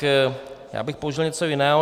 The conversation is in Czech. Já bych použil něco jiného.